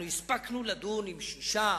אנחנו הספקנו לדון עם שישה,